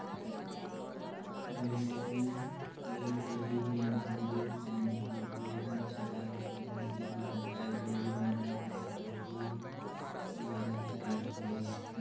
मिसई के घरी में दउंरी फ़ायन्द के बेलन चलाय के मिसे बर गाय गोरु मन के सहयोग लेहल जात रहीस